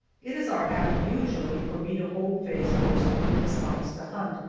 it is our habit usually for me to hold faye's horse when he dismounts to hunt,